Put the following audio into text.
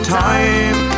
time